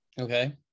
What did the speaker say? Okay